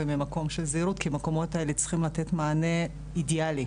ממקום של זהירות כי המקומות האלה צריכים לתת מענה אידיאלי,